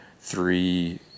three